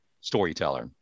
storyteller